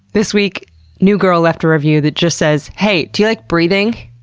this week newgirl left a review that just says hey, do you like breathing?